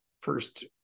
first